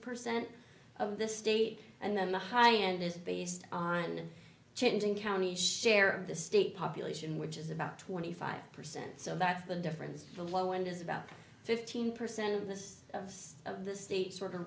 percent of the state and then the high end is based on changing counties share of the state population which is about twenty five percent so that's the difference the low end is about fifteen percent of the size of of the state sort of